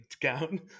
gown